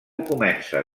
comença